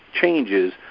changes